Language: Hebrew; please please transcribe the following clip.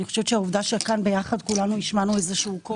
אני חושבת שהעובדה שכאן ביחד כולנו השמענו איזה שהוא קול.